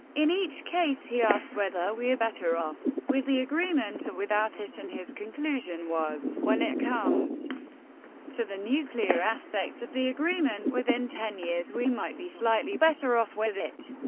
in each case he asked whether we are better off with the agreement or without it and his conclusion was. when it comes to the nuclear aspects of the agreement within ten years, we might be slightly better off with it.